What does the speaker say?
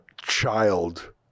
child